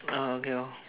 oh okay lor